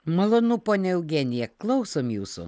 malonu ponia eugenija klausom jūsų